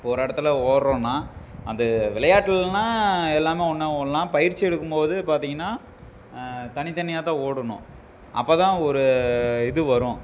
ஒரு இடத்துல ஓடுறோம்னால் அந்த விளையாட்டுலைனா எல்லாமே ஒன்றா ஓடலாம் பயிற்சி எடுக்கும்போது பார்த்தீங்கன்னா தனித்தனியாக தான் ஓடணும் அப்போதான் ஒரு இது வரும்